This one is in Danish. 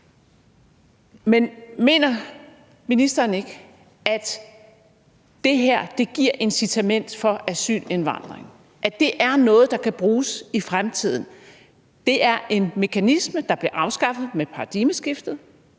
Men mener ministeren ikke, at det her giver incitament til asyl og indvandring, og at det er noget, der kan bruges i fremtiden? Det er en mekanisme, der blev afskaffet med paradigmeskiftet.